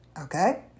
Okay